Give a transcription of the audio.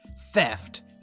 theft